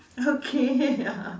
okay ya